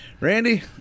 Randy